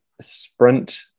sprint